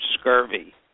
scurvy